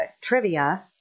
Trivia